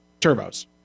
turbos